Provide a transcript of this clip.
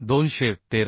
213